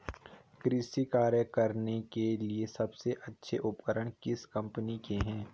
कृषि कार्य करने के लिए सबसे अच्छे उपकरण किस कंपनी के हैं?